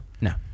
No